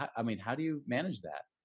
i mean, how do you manage that?